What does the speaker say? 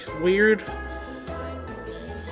weird